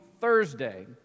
Thursday